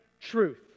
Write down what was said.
truth